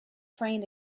train